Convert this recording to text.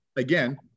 Again